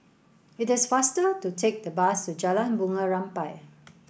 it is faster to take the bus to Jalan Bunga Rampai